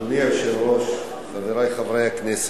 אדוני היושב-ראש, חברי חברי הכנסת,